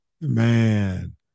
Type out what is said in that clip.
Man